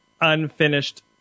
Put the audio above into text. unfinished